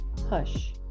hush